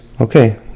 Okay